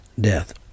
death